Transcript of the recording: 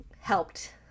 helped